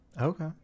Okay